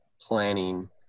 planning